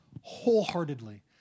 wholeheartedly